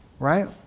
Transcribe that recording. Right